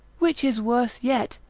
which is worse yet,